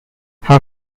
her